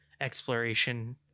exploration